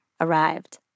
arrived